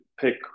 pick